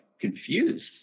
confused